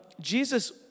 Jesus